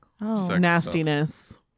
nastiness